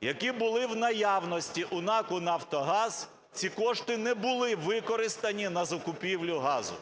які були в наявності у НАК "Нафтогаз", ці кошти не були використані на закупівлю газу.